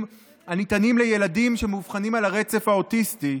הניתנים לילדים שמאובחנים על הרצף האוטיסטי,